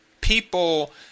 people